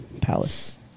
Palace